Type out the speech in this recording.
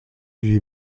lui